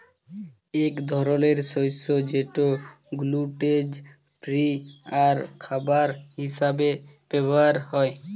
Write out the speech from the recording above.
ইক ধরলের শস্য যেট গ্লুটেল ফিরি আর খাবার হিসাবে ব্যাভার হ্যয়